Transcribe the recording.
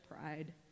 pride